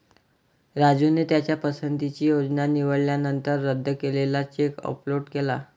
राजूने त्याच्या पसंतीची योजना निवडल्यानंतर रद्द केलेला चेक अपलोड केला